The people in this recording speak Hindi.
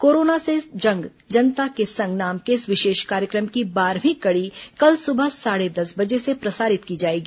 कोरोना से जंग जनता के संग नाम के इस विशेष कार्यक्रम की बारहवीं कड़ी कल सुबह साढ़े दस बजे से प्रसारित की जाएगी